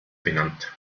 benannt